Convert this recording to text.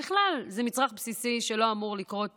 בכלל, זה מצרך בסיסי, ולא אמור לקרות